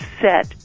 set